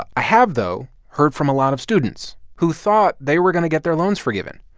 ah i have, though, heard from a lot of students who thought they were going to get their loans forgiven,